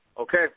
Okay